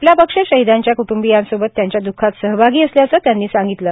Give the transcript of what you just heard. आपला पक्ष शहीदांच्या क्टूंबियांसोबत त्यांच्या दःखात सहभागी असल्याचं त्यांनी सांगितलं